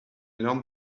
learn